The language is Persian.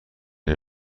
این